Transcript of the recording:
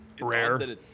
Rare